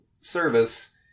service